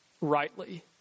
rightly